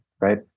right